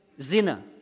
Zina